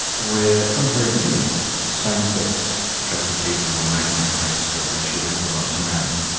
where from the very beginning same-sex attracted people were making the case that they should have the right to marry.